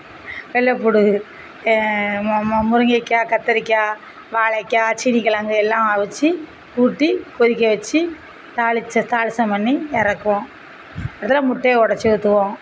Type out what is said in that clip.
வெள்ளப்பூடு மு மு முருங்கைக்காய் கத்திரிக்காய் வாழைக்காய் சீனி கெழங்கு எல்லாம் அவிச்சி கூட்டி கொதிக்க வெச்சு தாளித்து தாளிச்சம் பண்ணி இறக்குவோம் அதில் முட்டையை உடச்சு ஊற்றுவோம்